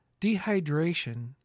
Dehydration